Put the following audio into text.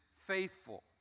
faithful